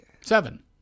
Seven